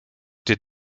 did